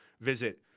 visit